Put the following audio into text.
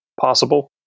possible